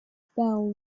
fell